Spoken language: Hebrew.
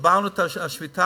שברנו את השביתה.